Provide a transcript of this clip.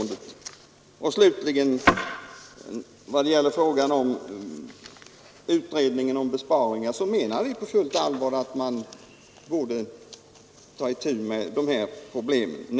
Vad slutligen gäller besparingsutredningen menar vi på fullt allvar att vi nu bör ta itu med de här problemen.